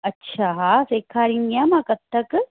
अच्छा हा सेखारींदी आहियां मां कथक